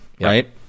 right